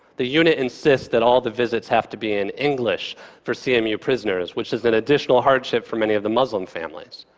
the unit insists that all the visits have to be in english for cmu prisoners, which is an additional hardship for many of the muslim families.